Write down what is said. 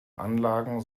anlagen